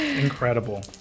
Incredible